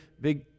big